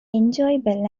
enjoyable